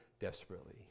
desperately